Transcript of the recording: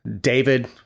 David